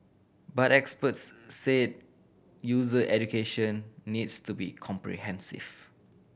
but experts say user education needs to be comprehensive